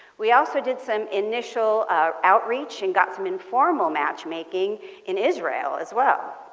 we also did some initial outreach and got some informal match making in israel as well.